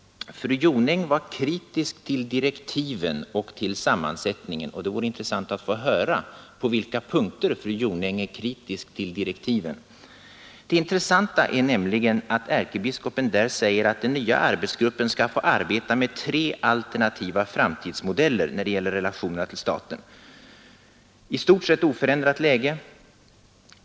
Fru Jonäng var kritisk till direktiven och till sammansättningen, och det vore intressant att få höra på vilka punkter fru Jonäng är kritisk till direktiven. Det intressanta är nämligen att ärkebiskopen där säger att den nya arbetsgruppen skall få arbeta med tre alternativa framtidsmodeller när det gäller relationerna till staten: 2.